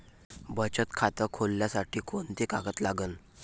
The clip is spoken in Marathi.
बचत खात खोलासाठी कोंते कागद लागन?